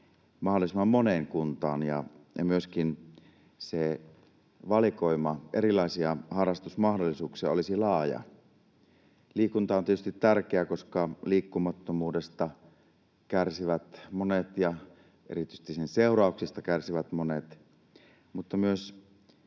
mahdollisimman moneen kuntaan ja myöskin se valikoima erilaisia harrastusmahdollisuuksia olisi laaja. Liikunta on tietysti tärkeää, koska liikkumattomuudesta kärsivät monet ja erityisesti sen seurauksista kärsivät monet, mutta myös